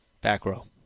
Back-row